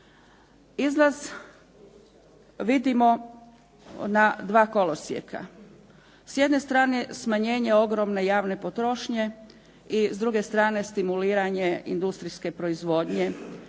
Izlaz vidimo na dva kolosijeka. S jedne strane smanjenje ogromne javne potrošnje i s druge strane stimuliranje industrijske proizvodnje